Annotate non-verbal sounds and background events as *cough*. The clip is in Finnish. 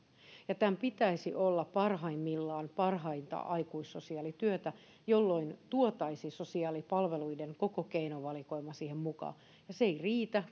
ja tämän pitäisi olla parhaimmillaan parhainta aikuissosiaalityötä jolloin tuotaisiin sosiaalipalveluiden koko keinovalikoima siihen mukaan se ei riitä *unintelligible*